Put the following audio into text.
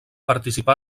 participà